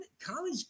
college